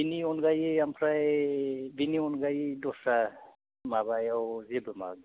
बेनि अनगायै आमफ्राय बेनि अनगायै दस्रा माबायाव जेबो माबा गैया